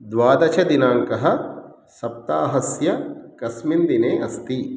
द्वादशदिनाङ्कः सप्ताहस्य कस्मिन् दिने अस्ति